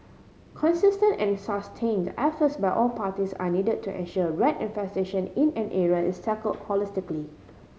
consistent and sustained efforts by all parties are need to ensure rat infestation in an area is tackle holistically